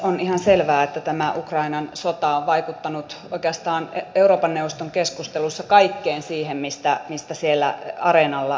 on ihan selvää että tämä ukrainan sota on vaikuttanut oikeastaan euroopan neuvoston keskusteluissa kaikkeen siihen mistä siellä areenalla puhumme